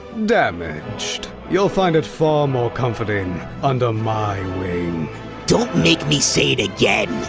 damaged. you'll find it far more comforting under my don't make me say it again.